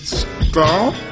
stop